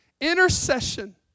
Intercession